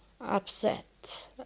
upset